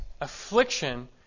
affliction